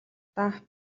даа